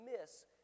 miss